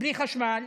בלי חשמל